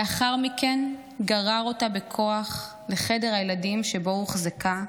לאחר מכן גרר אותה בכוח לחדר הילדים שבו הוחזקה,